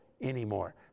anymore